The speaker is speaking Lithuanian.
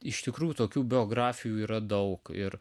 iš tikrųjų tokių biografijų yra daug ir